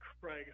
Craig